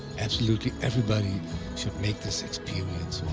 absolutely everybody should make this experience